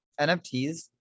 NFTs